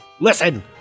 listen